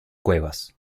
cuevas